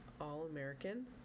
All-American